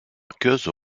aqueuse